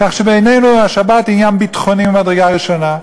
כך שבעינינו השבת היא עניין ביטחוני ממדרגה ראשונה,